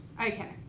Okay